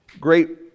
great